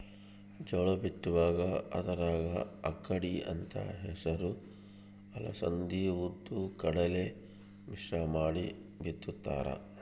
ಜೋಳ ಬಿತ್ತುವಾಗ ಅದರಾಗ ಅಕ್ಕಡಿ ಅಂತ ಹೆಸರು ಅಲಸಂದಿ ಉದ್ದು ಕಡಲೆ ಮಿಶ್ರ ಮಾಡಿ ಬಿತ್ತುತ್ತಾರ